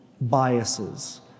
biases